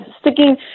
sticking